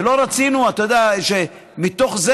ולא רצינו שמתוך זה,